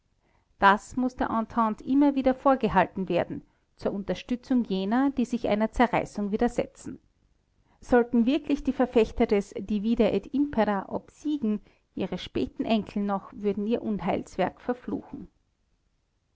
das muß der entente immer wieder vorgehalten werden zur unterstützung jener die sich einer zerreißung widersetzen sollten wirklich die verfechter des divide et impera obsiegen ihre späten enkel noch würden ihr unheilswerk verfluchen